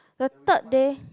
the third day